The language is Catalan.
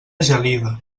gelida